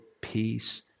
peace